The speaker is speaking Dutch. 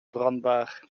brandbaar